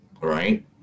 Right